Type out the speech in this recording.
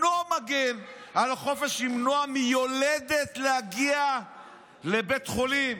אינו מגן על החופש למנוע מיולדת להגיע לבית חולים".